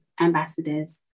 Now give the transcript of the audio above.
ambassadors